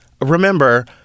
remember